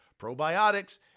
probiotics